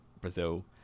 Brazil